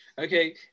okay